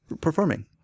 Performing